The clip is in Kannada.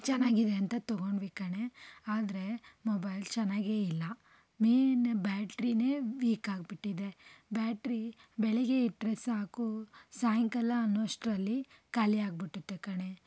ಚೆನ್ನಾಗಿದೆ ಅಂತ ತೊಗೊಂಡ್ವಿ ಕಣೆ ಆದರೆ ಮೊಬೈಲ್ ಚೆನ್ನಾಗೆ ಇಲ್ಲ ಮೇಯ್ನ್ ಬ್ಯಾಟ್ರಿನೇ ವೀಕಾಗ್ಬಿಟ್ಟಿದೆ ಬ್ಯಾಟ್ರಿ ಬೆಳಗ್ಗೆ ಇಟ್ರೆ ಸಾಕು ಸಾಯಂಕಾಲ ಅನ್ನೋ ಅಷ್ಟ್ರಲ್ಲಿ ಖಾಲಿಯಾಗ್ಬಿಡತ್ತೆ ಕಣೆ